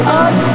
up